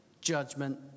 judgment